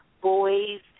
boys